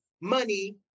money